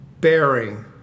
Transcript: bearing